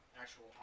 actual